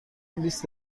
بیست